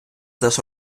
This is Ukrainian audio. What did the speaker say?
теж